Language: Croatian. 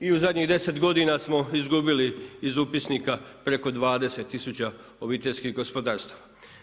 I u zadnjih 10 godina smo izgubili iz upisnika preko 20 tisuća obiteljskih gospodarstava.